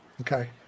Okay